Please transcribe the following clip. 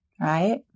Right